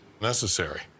necessary